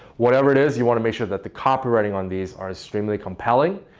whatever it is you want to make sure that the copywriting on these are extremely compelling.